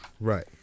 right